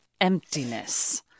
emptiness